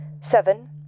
Seven